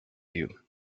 you